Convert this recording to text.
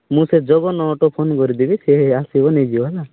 ମୁଁ ସେ Jagan auto phone କରିଦେବି ସେ ଆସିବ ନେଇଯିବ ହେଲା